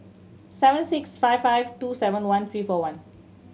seven six five five two seven one three four one